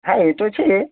હા એ તો છે